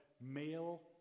male